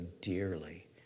dearly